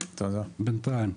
בינתיים.